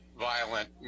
violent